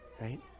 Right